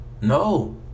No